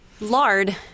lard